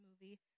movie